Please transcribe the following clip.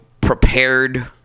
prepared